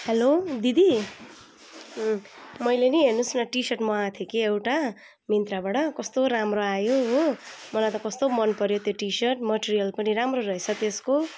hello दिदी मैले नि हेर्नु होस् न टी सर्ट मगाएको थिएँ कि एउटा मिन्त्राबाट कस्तो राम्रो आयो हो मलाई त कस्तो मन पर्यो त्यो टी सर्ट मेटेरियल पनि राम्रो रहेछ त्यसको